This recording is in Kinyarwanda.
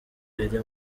iri